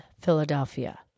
Philadelphia